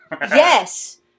Yes